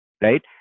right